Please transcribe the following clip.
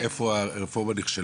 את יכולה להצביע איפה הרפורמה נכשלה,